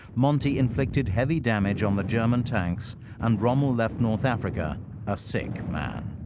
monty inflicted heavy damage on the german tanks and rommel left north africa a sick man.